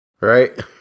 right